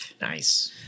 Nice